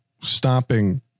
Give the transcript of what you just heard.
stopping